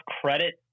credit